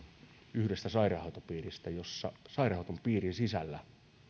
yhdestä sairaanhoitopiiristä jossa sairaanhoitopiirin sisällä